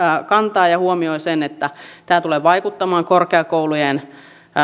kantaa ja huomioi sen että tämä tulee vaikuttamaan korkeakoulujen